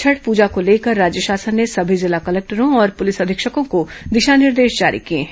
छठ पूजा को लेकर राज्य शासन ने सभी जिला कलेक्टरों और पुलिस अधीक्षकों को दिशा निर्देश जारी किए हैं